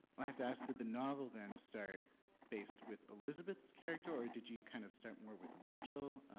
i have to ask, did the novel, then, start based with elizabeth's character, or did you kind of start more with rachel?